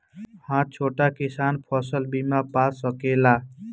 हा छोटा किसान फसल बीमा पा सकेला?